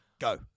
Go